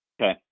Okay